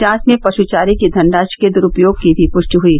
जांच में पश चारे की धनराशि के दरूपयोग की भी पृष्टिट हयी